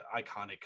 iconic